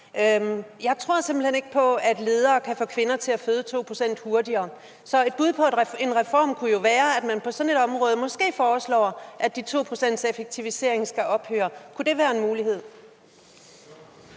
Jeg tror simpelt hen ikke på, at ledere kan få kvinder til at føde 2 pct. hurtigere, så et bud på en reform kunne jo være, at man på sådan et område måske foreslår, at 2-procentseffektiviseringen skal afskaffes. Kunne det være en mulighed?